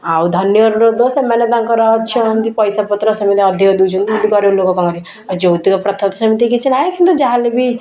ଆଉ ଧନୀ ଘର ତ ସେମାନେ ତାଙ୍କର ଅଛନ୍ତି ପଇସା ପତର ସେମାନେ ଅଧିକ ଦେଉଛନ୍ତି କିନ୍ତୁ ଗରିବ ଲୋକ କଣ କରିବେ ଆଉ ଯୌତୁକ ପ୍ରଥା ତ ସେମିତି କିଛି ନାହିଁ କିନ୍ତୁ ଯାହାହେଲେ ବି